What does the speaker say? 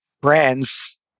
brands